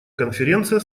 конференция